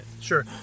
Sure